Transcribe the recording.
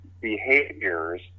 behaviors